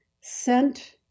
scent